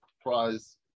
prize